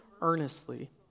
earnestly